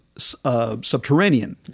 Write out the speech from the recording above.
Subterranean